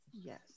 Yes